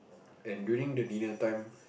and during the dinner time